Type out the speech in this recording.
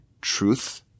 truth